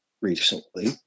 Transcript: recently